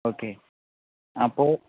okay അപ്പോൾ